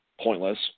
pointless